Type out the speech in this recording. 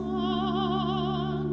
oh